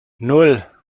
nan